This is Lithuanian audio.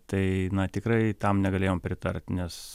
tai tikrai tam negalėjom pritart nes